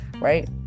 right